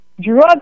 drug